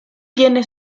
tiene